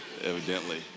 evidently